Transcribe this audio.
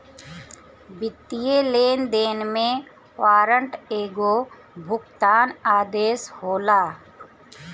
वित्तीय लेनदेन में वारंट एगो भुगतान आदेश होला